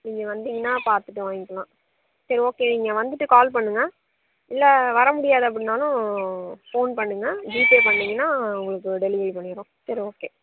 நீங்கள் வந்தீங்கன்னால் பார்த்துட்டு வாங்கிக்கலாம் சரி ஓகே நீங்கள் வந்துவிட்டு கால் பண்ணுங்க இல்லை வர முடியாது அப்படின்னாலும் ஃபோன் பண்ணுங்க ஜிபே பண்ணீங்கன்னால் உங்களுக்கு டெலிவரி பண்ணிடறோம் சரி ஓகே